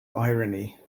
irony